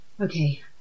Okay